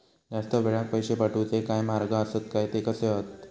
जास्त वेळाक पैशे साठवूचे काय मार्ग आसत काय ते कसे हत?